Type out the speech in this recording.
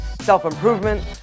self-improvement